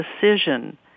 decision